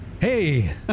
Hey